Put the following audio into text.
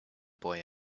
boy